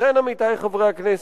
לכן, עמיתי חברי הכנסת,